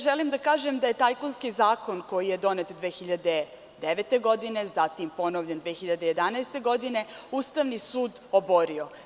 Želim da kažem da je tajkunski zakon koji je donet 2009. godine, zatim, ponovljen 2011. godine, Ustavni sud oborio.